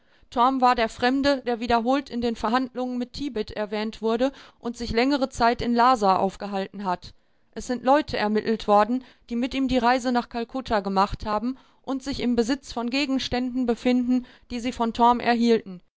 war der fremde der wiederholt in den verhandlungen mit tibet erwähnt wurde und sich längere zeit in lhasa aufgehalten hat es sind leute ermittelt worden die mit ihm die reise nach kalkutta gemacht haben und sich im besitz von gegenständen befinden die sie von torm erhielten